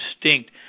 distinct